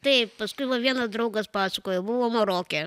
taip paskui man vienas draugas pasakojo buvo maroke